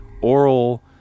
oral